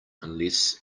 unless